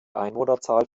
einwohnerzahl